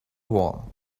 wall